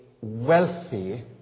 wealthy